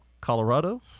Colorado